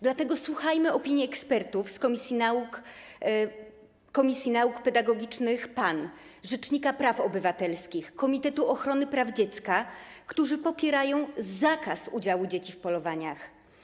Dlatego słuchajmy opinii ekspertów z Komisji Nauk Pedagogicznych PAN, rzecznika praw obywatelskich, Komitetu Ochrony Praw Dziecka, którzy popierają zakaz udziału dzieci w polowaniach.